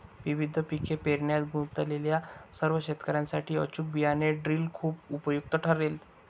विविध पिके पेरण्यात गुंतलेल्या सर्व शेतकर्यांसाठी अचूक बियाणे ड्रिल खूप उपयुक्त ठरेल